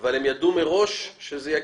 אבל הם ידעו מראש שזה יקרה.